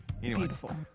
Beautiful